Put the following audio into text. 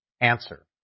Answer